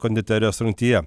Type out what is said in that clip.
konditerijos rungtyje